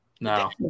No